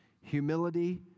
humility